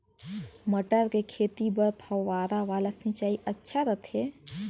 मटर के खेती बर फव्वारा वाला सिंचाई अच्छा रथे?